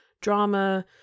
drama